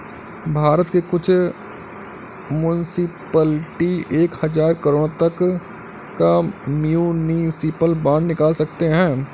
भारत के कुछ मुन्सिपलिटी एक हज़ार करोड़ तक का म्युनिसिपल बांड निकाल सकते हैं